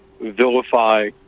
vilify